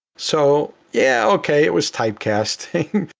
so yeah, okay. it was typecasting,